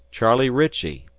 charlie ritchie,